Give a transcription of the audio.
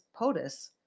POTUS